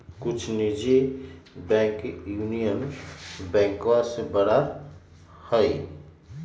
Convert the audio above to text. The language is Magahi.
कुछ निजी बैंक यूनियन बैंकवा से बड़ा हई